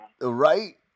Right